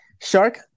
Shark